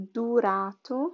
durato